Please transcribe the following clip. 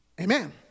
Amen